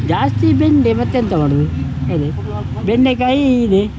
ಜಾಸ್ತಿ ಬೆಂಡೆ ಮತ್ತೆಂತ ಮಾಡೋದು ಬೆಂಡೆಕಾಯಿ ಹೀರೆ